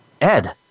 Ed